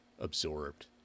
absorbed